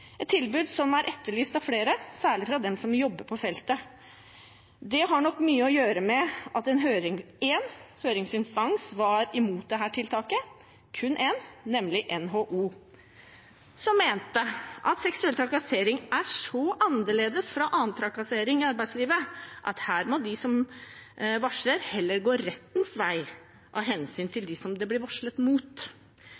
et tilbud som er etterlyst av flere, særlig av dem som jobber på feltet. Det har nok mye å gjøre med at én høringsinstans var imot dette tiltaket – kun én, nemlig NHO, som mente at seksuell trassering er så annerledes fra annen trakassering i arbeidslivet at her må de som varsler, heller gå rettens vei av hensyn til